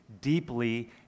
deeply